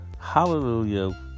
Hallelujah